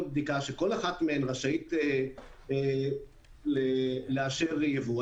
בדיקה שכל אחת מהן רשאית לאשר ייבוא.